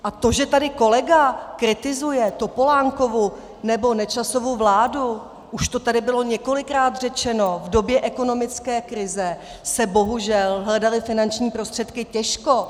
A to, že tady kolega kritizuje Topolánkovu nebo Nečasovu vládu už to tady bylo několikrát řečeno, v době ekonomické krize se bohužel hledaly finanční prostředky těžko.